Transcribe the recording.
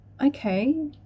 okay